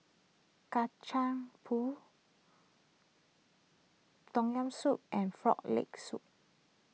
Kacang Pool Tom Yam Soup and Frog Leg Soup